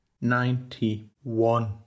ninety-one